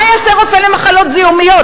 מה יעשה רופא למחלות זיהומיות?